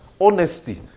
honesty